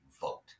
vote